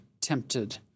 tempted